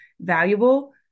valuable